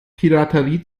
piraterie